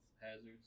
hazards